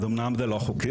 אז אמנם זה לא חוקי,